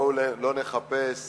בואו לא נחפש